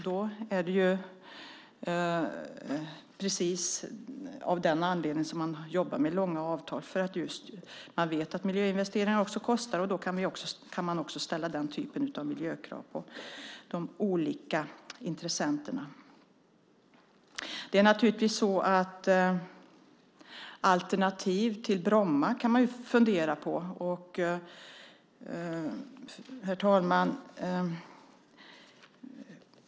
Det är av precis den anledningen som man jobbar med långa avtal. Man vet nämligen att miljöinvesteringar också kostar. Då kan man också ställa den typen av miljökrav på de olika intressenterna. Man kan naturligtvis fundera på alternativ till Bromma. Herr talman!